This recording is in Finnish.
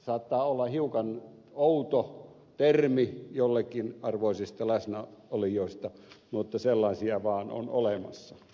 saattaa olla hiukan outo termi jollekin arvoisista läsnäolijoista mutta sellaisia vaan on olemassa